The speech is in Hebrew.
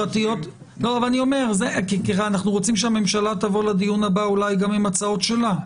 אנחנו רוצים שהממשלה תבוא לדיון הבא אולי גם עם הצעות שלה.